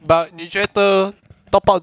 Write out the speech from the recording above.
but 你觉得 top up